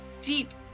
deep